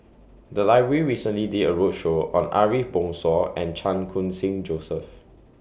The Library recently did A roadshow on Ariff Bongso and Chan Khun Sing Joseph